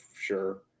sure